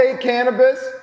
Cannabis